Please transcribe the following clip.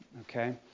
okay